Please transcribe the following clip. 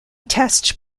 test